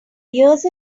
ears